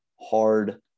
hard